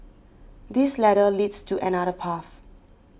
this ladder leads to another path